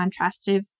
contrastive